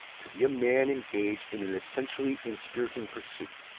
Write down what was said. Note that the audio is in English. to be a man engaged in an essentially inspiriting pursuit.